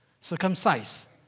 circumcise